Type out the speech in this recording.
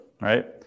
right